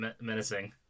Menacing